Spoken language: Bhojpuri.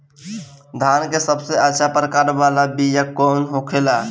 धान के सबसे अच्छा प्रकार वाला बीया कौन होखेला?